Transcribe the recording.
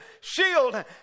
shield